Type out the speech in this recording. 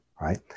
right